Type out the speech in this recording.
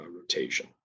rotation